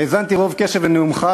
האזנתי רוב קשב לנאומך,